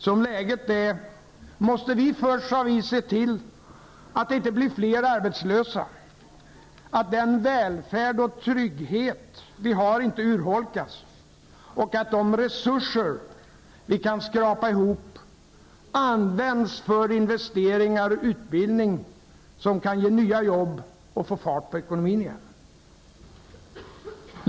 Som läget är måste vi först och främst se till att inte fler blir arbetslösa, att den välfärd och trygghet vi har inte urholkas och att de resurser vi kan skrapa ihop används för investeringar och utbildning som kan ge nya jobb och få fart på ekonomin igen.